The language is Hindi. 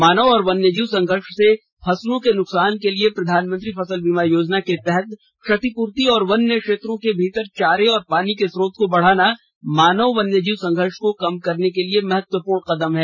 मानव और वन्यजीव संघर्ष से फसलों के नुकसान के लिए प्रधानमंत्री फसल बीमा योजना के तहत क्षतिपूर्ति और वन्य क्षेत्रों के भीतर चारे और पानी के स्रोतों को बढ़ाना मानव वन्यजीव संघर्ष को कम करने के लिए महत्वपूर्ण कदम हैं